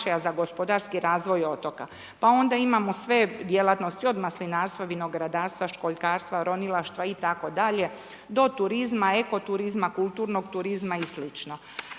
pa onda imamo sve djelatnosti, od maslinarstva, vinogradarstva, školjkarstva, ronilaštva itd. do turizma, eko turizma, kulturnog turizma i sl.